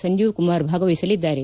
ಸಂಜೀವ್ ಕುಮಾರ್ ಭಾಗವಹಿಸಲಿದ್ದಾರೆ